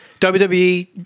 WWE